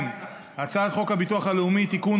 הצעת חוק הביטוח הלאומי (תיקון,